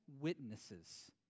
witnesses